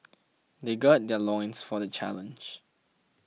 they gird their loins for the challenge